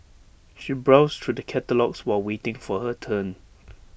she browsed through the catalogues while waiting for her turn